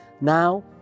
Now